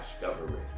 government